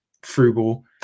frugal